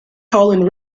holland